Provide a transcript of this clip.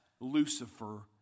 Lucifer